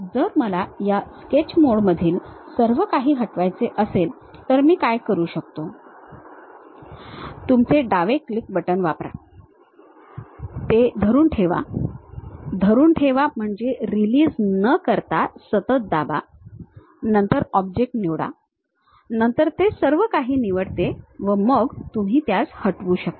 जर मला या स्केच मोडमधील सर्व काही हटवायचे असेल तर मी काय करू शकतो तुमचे डावे क्लिक बटण वापरा ते धरून ठेवा धरून ठेवा म्हणजे रिलीझ न करता सतत दाबा नंतर ऑब्जेक्ट निवडा नंतर ते सर्वकाही निवडते व मग तुम्ही त्यास हटवू शकता